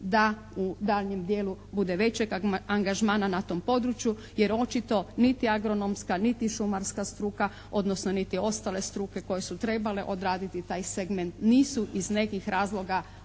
da u daljnjem dijelu bude većeg angažmana na tom području jer očito niti agronomska niti šumarska struka, odnosno niti ostale struke koje su trebale odraditi taj segment nisu iz nekih razloga